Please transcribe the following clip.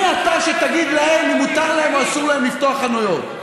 מי אתה שתגיד להם אם מותר להם או אסור להם לפתוח חנויות?